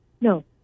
no